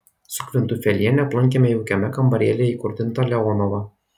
su kvintufeliene aplankėme jaukiame kambarėlyje įkurdintą leonovą